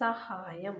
സഹായം